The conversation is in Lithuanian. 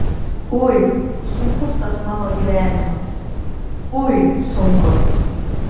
ui sunkus tas mano gyvenimas ui sunkus